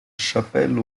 chapelle